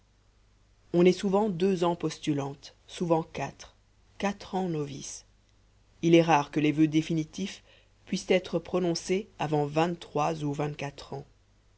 on est au moins deux ans postulante souvent quatre quatre ans novice il est rare que les voeux définitifs puissent être prononcés avant vingt-trois ou vingt-quatre ans